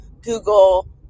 Google